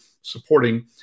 supporting